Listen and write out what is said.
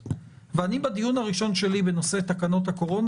בדיון הראשון שלי בנושא תקנות הקורונה